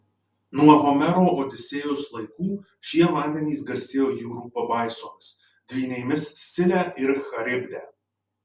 nuo homero odisėjos laikų šie vandenys garsėjo jūrų pabaisomis dvynėmis scile ir charibde